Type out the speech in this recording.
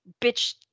bitch